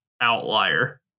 outlier